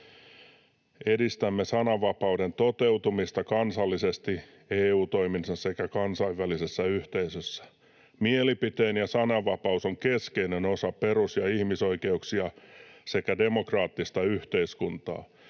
”Edistämme sananvapauden toteutumista kansallisesti EU-toiminnassa sekä kansainvälisessä yhteisössä. Mielipiteen- ja sananvapaus on keskeinen osa perus- ja ihmisoikeuksia sekä demokraattista yhteiskuntaa.